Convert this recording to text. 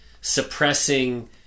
suppressing